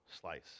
slice